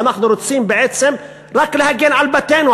ואנחנו רוצים בעצם רק להגן על בתינו,